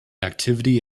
activity